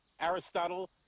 Aristotle